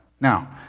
Now